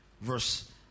verse